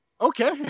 Okay